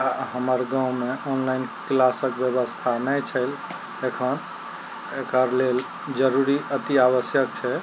हमर गाँवमे ऑनलाइन क्लासक व्यवस्था नहि छै एखन एकर लेल जरुरी अति आवश्यक छै